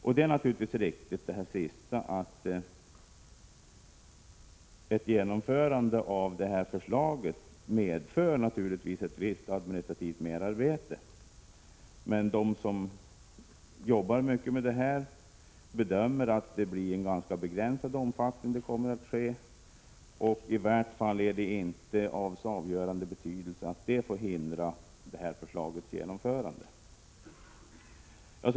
Det sista är naturligtvis riktigt, att genomförandet av förslaget kommer att medföra ett visst administrativt merarbete. De som jobbar mycket med detta bedömer dock att det blir av ganska begränsad omfattning. I vart fall är det inte av så avgörande betydelse att det får förhindra ett genomförande av förslaget.